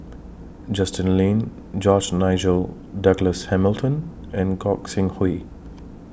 Justin Lean George Nigel Douglas Hamilton and Gog Sing Hooi